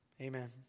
Amen